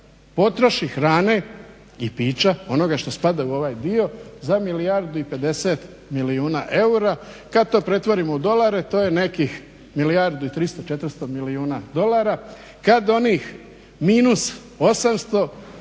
potroši hrane i pića, onoga što spada u ovaj dio za milijardu i 50 milijuna eura. Kad to pretvorimo u dolare to je nekih milijardu i 300, 400 milijuna dolara. Kad onih minus 800 plus